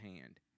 hand